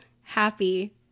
happy